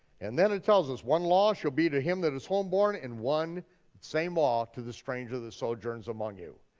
and then it tells us one law shall be to him that is home born and one same law to the strangers of the sojourns among you.